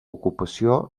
ocupació